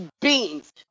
beans